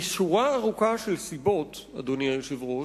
משורה ארוכה של סיבות, אדוני היושב-ראש,